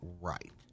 right